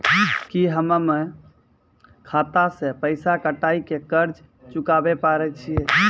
की हम्मय खाता से पैसा कटाई के कर्ज चुकाबै पारे छियै?